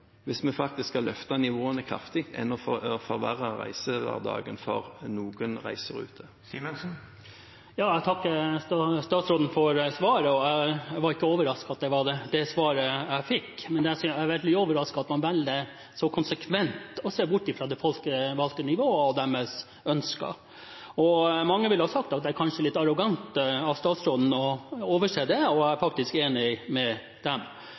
hvis vi faktisk skal løfte nivåene kraftig, enn å forverre reisehverdagen for noen reiseruter. Jeg takker statsråden for svaret. Jeg var ikke overrasket over at det var det svaret jeg fikk, men jeg er veldig overrasket over at man velger så konsekvent å se bort fra det folkevalgte nivå og deres ønsker. Mange ville ha sagt at det kanskje var litt arrogant av statsråden å overse det, og jeg er faktisk enig med dem.